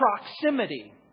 proximity